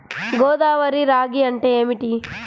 గోదావరి రాగి అంటే ఏమిటి?